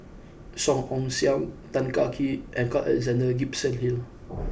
Song Ong Siang Tan Kah Kee and Carl Alexander Gibson Hill